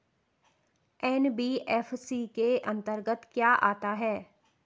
NBFC के अंतर्गत क्या आता है?